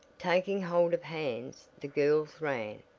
taking hold of hands the girls ran.